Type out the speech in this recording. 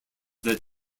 that